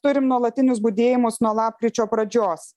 turim nuolatinius budėjimus nuo lapkričio pradžios